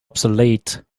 obsolete